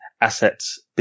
assets